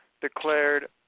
declared –